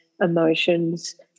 emotions